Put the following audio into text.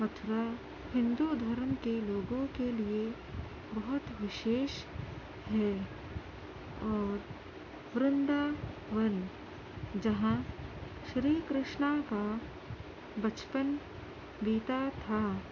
متھرا ہندو دھرم کے لوگوں کے لیے بہت ہی وشیش ہے اور ورنداون جہاں شری کرشنا کا بچپن بیتا تھا